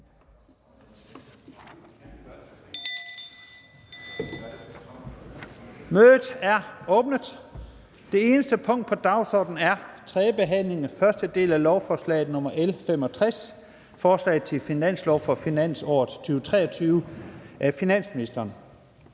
Mødet er åbnet. --- Det eneste punkt på dagsordenen er: 1) 3. behandling, 1. del, af lovforslag nr. L 65: Forslag til finanslov for finansåret 2023. Af finansministeren